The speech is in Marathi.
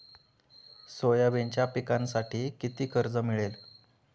सोयाबीनच्या पिकांसाठी किती कर्ज मिळेल?